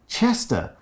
Chester